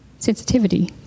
Sensitivity